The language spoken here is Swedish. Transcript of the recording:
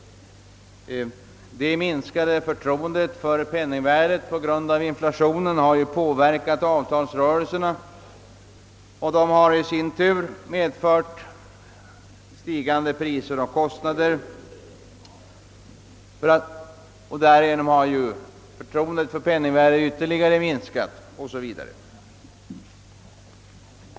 Det minskade förtroendet för penningvärdet på grund av inflationen har påverkat avtalsrörelserna, och dessa har i sin tur medfört stigande priser och kostnader med påföljd att förtroendet för penningvärdet ytterligare minskat o.s.v.